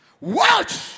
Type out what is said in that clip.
Watch